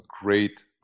great